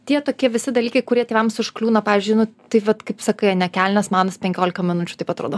tie tokie visi dalykai kurie tėvams užkliūna pavyzdžiui nu tai vat kaip sakai ane kelnes maunasi penkiolika minučių taip atrodo